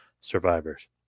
survivors